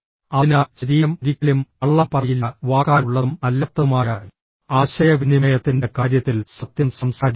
അതിനാൽ ശരീരം ഒരിക്കലും കള്ളം പറയില്ല വാക്കാലുള്ളതും അല്ലാത്തതുമായ ആശയവിനിമയത്തിന്റെ കാര്യത്തിൽ സത്യം സംസാരിക്കുക